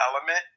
element